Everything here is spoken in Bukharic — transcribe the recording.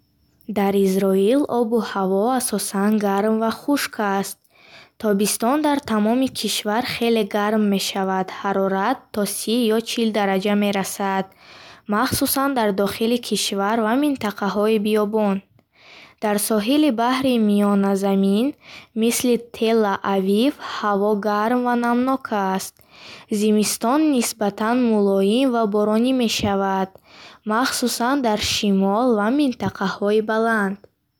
Дар Изроил обу ҳаво асосан гарм ва хушк аст. Тобистон дар тамоми кишвар хеле гарм мешавад, ҳарорат то сӣ ё чил дараҷа мерасад, махсусан дар дохили кишвар ва минтақаҳои биёбон. Дар соҳили баҳри Миёназамин, мисли Тела-Авив, ҳаво гарм ва намнок аст. Зимистон нисбатан мулоим ва боронӣ мешавад, махсусан дар шимол ва минтақаҳои баланд.